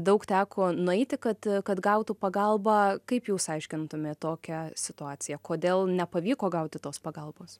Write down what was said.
daug teko nueiti kad kad gautų pagalbą kaip jūs aiškintumėt tokią situaciją kodėl nepavyko gauti tos pagalbos